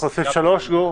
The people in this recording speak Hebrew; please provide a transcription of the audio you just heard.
אנחנו בסעיף (3)?